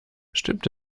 stimmt